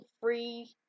free